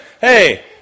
Hey